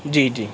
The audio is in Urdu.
جی جی